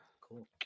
Cool